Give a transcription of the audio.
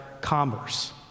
commerce